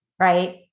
right